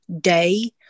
day